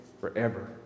forever